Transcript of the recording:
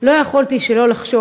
לא יכולתי שלא לחשוב